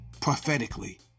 Prophetically